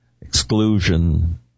exclusion